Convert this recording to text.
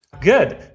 Good